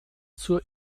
zur